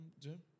Jim